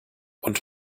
und